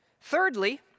Thirdly